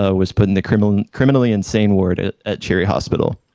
ah was put in the criminally criminally insane ward at at cherry hospital.